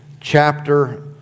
chapter